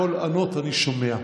קול ענות אני שומע.